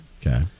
Okay